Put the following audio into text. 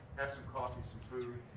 have some coffee, some food,